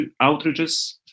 outrages